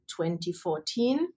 2014